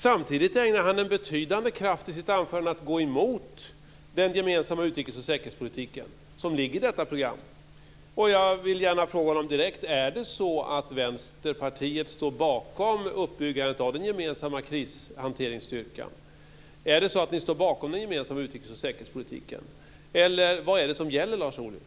Samtidigt ägnar han i sitt anförande betydande kraft åt att gå emot den gemensamma utrikes och säkerhetspolitik som ligger i detta program. Vänsterpartiet står bakom uppbyggandet av den gemensamma krishanteringsstyrkan? Är det så att ni står bakom den gemensamma utrikes och säkerhetspolitiken? Vad är det som gäller, Lars Ohly?